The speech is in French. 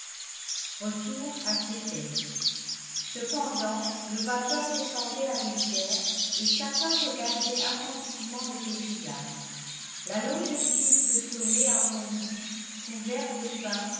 retour à québec cependant le vapeur descendait la rivière et chacun regardait attentivement le paysage la longue file de sommets arrondis couverts de pins